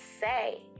say